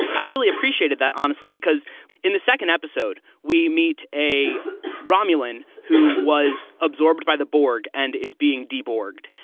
i really appreciated that, honestly, because in the second episode we meet a romulan who was absorbed by the borg and is being deborde.